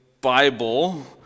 Bible